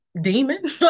demon